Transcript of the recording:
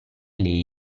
lei